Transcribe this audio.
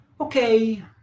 Okay